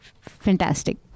fantastic